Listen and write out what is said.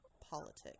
politics